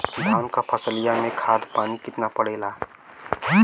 धान क फसलिया मे खाद पानी कितना पड़े ला?